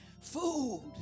Food